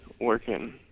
working